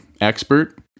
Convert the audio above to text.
expert